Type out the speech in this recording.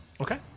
okay